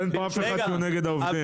אין פה אף אחד שהוא נגד העובדים.